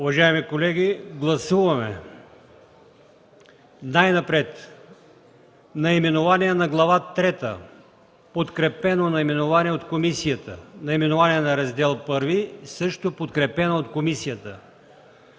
Уважаеми колеги, гласуваме най-напред наименованието на Глава трета, което е подкрепено от комисията, наименованието на Раздел І, също подкрепено от комисията.